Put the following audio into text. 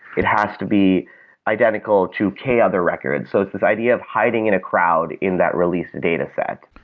it has to be identical to k other records. so it's this idea of hiding in a crowd in that release dataset.